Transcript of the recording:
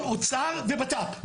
לביטחון ובט"פ.